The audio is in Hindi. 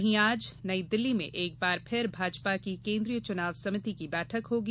वही आज नईदिल्ली में एक बार फिर भाजपा की केन्द्रीय चुनाव समिति की बैठक होगी